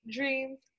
Dreams